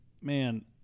man